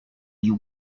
you